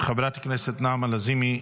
חברת הכנסת נעמה לזימי,